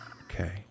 Okay